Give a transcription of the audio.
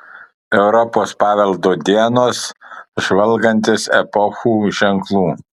europos paveldo dienos žvalgantis epochų ženklų